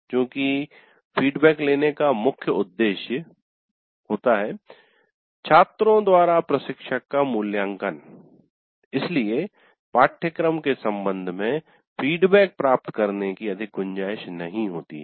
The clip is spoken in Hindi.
चूंकि फीडबैक लेने का मुख्य उद्देश्य छात्रों द्वारा प्रशिक्षक का मूल्यांकन होता है इसलिए पाठ्यक्रम के संबंध में फीडबैक प्राप्त करने की अधिक गुंजाइश नहीं होती है